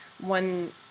one